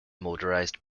motorized